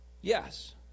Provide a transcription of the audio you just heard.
Yes